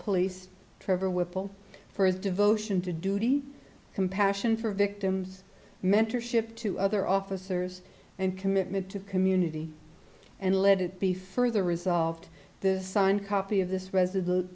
police trevor whipple for his devotion to duty compassion for victims mentorship to other officers and commitment to community and let it be further resolved this signed copy of this res